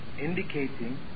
indicating